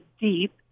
deep